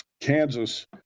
Kansas